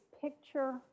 picture